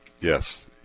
Yes